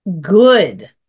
good